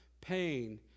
pain